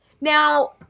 Now